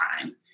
time